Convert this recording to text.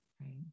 right